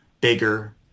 bigger